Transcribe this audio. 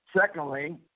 Secondly